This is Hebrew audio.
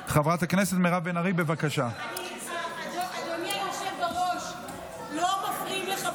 היו"ר ניסים ואטורי: יש הרבה דוברים.